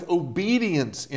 obedience